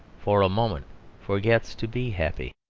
for a moment forgets to be happy.